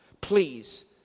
please